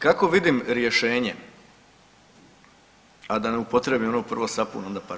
Kako vidim rješenje, a da ne upotrijebim ono prvo sapun onda